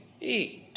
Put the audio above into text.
eat